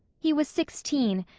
he was sixteen,